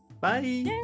Bye